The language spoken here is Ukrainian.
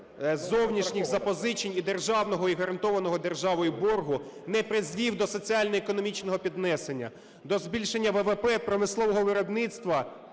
зовнішніх запозичень і державного, і гарантованого державою боргу не призвів до соціально-економічного піднесення, до збільшення ВВП промислового виробництва